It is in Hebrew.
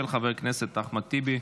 של חבר הכנסת אחמד טיבי.